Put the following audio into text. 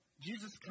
Jesus